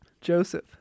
joseph